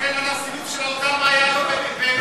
תסתכל על, של ההודעה מה יעלון אמר בחוץ וביטחון.